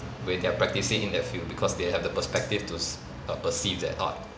when they are practising in that field because they have the perspective to s~ err perceive that art